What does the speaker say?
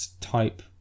type